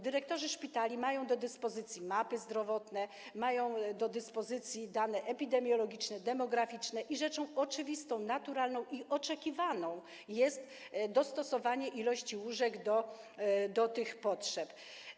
Dyrektorzy szpitali mają do dyspozycji mapy potrzeb zdrowotnych, mają do dyspozycji dane epidemiologiczne, demograficzne i rzeczą oczywistą, naturalną i oczekiwaną jest dostosowanie liczby łóżek do potrzeb.